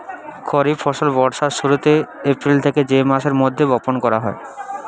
খরিফ ফসল বর্ষার শুরুতে, এপ্রিল থেকে মে মাসের মধ্যে বপন করা হয়